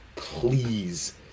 please